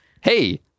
hey